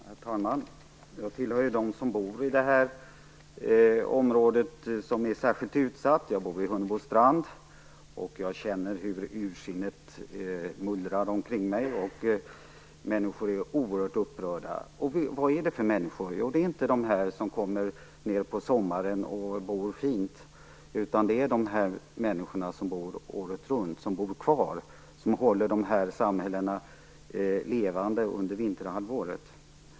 Herr talman! Jag tillhör dem som bor i det särskilt utsatta området. Jag bor nämligen i Hunnebostrand och känner hur ursinnet mullrar omkring mig. Människor är oerhört upprörda? Vilka människor är det då som är upprörda? Ja, det är inte de som kommer på sommaren för att bo fint, utan det är de människor som bor året runt i de här samhällena, som alltså bor kvar och håller dessa samhällen levande under vinterhalvåret.